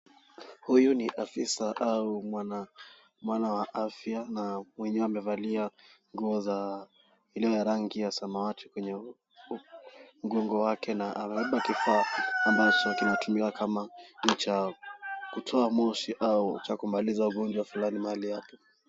Huyu ni afisa au mwana wa afya na mwenyewe amevalia nguo iliyo ya rangi ya samawati kwenye mgongo wake na amebeba kifaa ambacho kinatumika kama cha kutoa moshi au cha kumaliza ugonjwa fulani mahali yake.